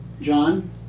John